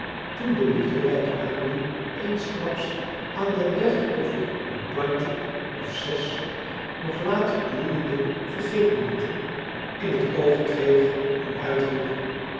toen de liefderijke amelie eensklaps aan den rechter oever een plantje of zes nog laat bloeiende vergeetmijnieten in t oog kreeg en uitriep